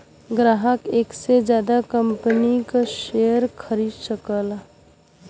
ग्राहक एक से जादा कंपनी क शेयर खरीद सकला